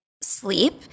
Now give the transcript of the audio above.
sleep